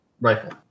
rifle